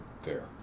fair